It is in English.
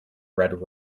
red